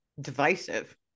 divisive